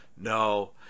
No